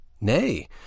Nay